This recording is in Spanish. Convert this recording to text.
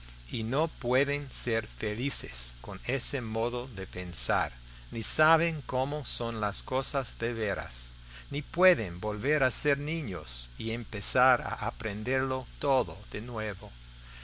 y no pueden ser felices con ese modo de pensar ni saben como son las cosas de veras ni pueden volver a ser niños y empezar a aprenderlo todo de nuevo